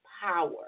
power